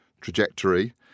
trajectory